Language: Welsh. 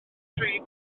dri